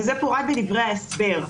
וזה פורט בדברי ההסבר.